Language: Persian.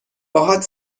باهات